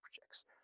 projects